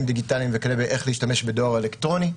דיגיטליים ואיך להשתמש בדואר אלקטרוני.